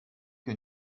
que